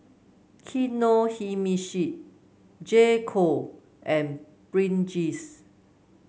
Kinohimitsu J Co and Pringles